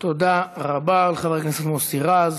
תודה רבה לחבר הכנסת מוסי רז.